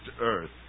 earth